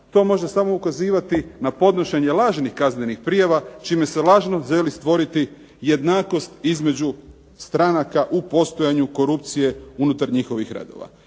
To može samo ukazivati na podnošenje lažnih kaznenih prijava čime se lažno želi stvoriti jednakost između stranaka u postojanju korupcije unutar njihovih radova.